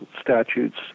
statutes